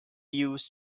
used